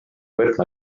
võtma